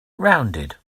rounded